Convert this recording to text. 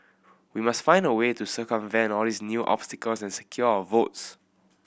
we must find a way to circumvent all these new obstacles and secure our votes